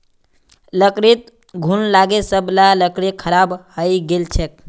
लकड़ीत घुन लागे सब ला लकड़ी खराब हइ गेल छेक